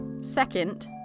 Second